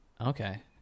Okay